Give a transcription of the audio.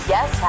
Yes